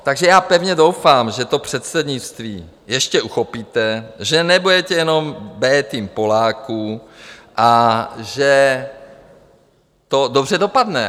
Takže pevně doufám, že to předsednictví ještě uchopíte, že nebudete jenom B tým Poláků a že to dobře dopadne.